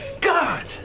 God